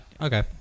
Okay